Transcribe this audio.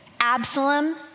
Absalom